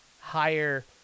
higher